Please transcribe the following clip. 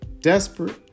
desperate